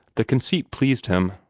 the conceit pleased him,